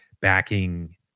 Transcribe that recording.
backing